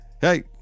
hey